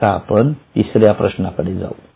आता आपण तिसऱ्या प्रश्नाकडे जावू